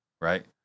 right